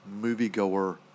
moviegoer